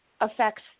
affects